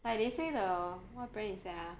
like they say the what brand is that ah